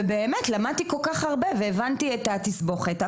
ובאמת למדתי כל כך הרבה והבנתי את התסבוכת,